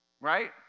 Right